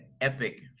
epic